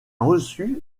reçu